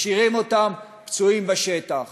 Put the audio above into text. משאירים אותם פצועים בשטח,